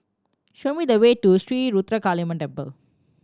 show me the way to Ruthra Kaliamman Temple